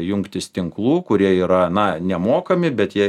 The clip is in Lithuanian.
jungtis tinklų kurie yra na nemokami bet jie